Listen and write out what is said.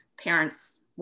parents